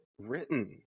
written